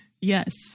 Yes